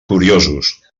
curiosos